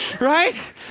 Right